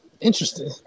interesting